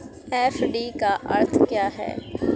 FD का अर्थ क्या है?